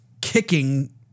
kicking